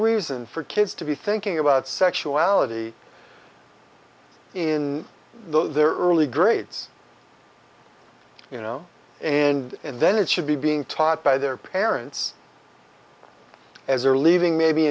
reason for kids to be thinking about sexuality in the early grades you know and then it should be being taught by their parents as they're leaving maybe